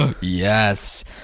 Yes